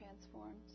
transformed